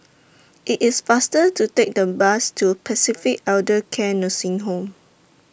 IT IS faster to Take The Bus to Pacific Elder Care Nursing Home